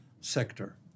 sector